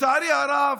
לצערי הרב,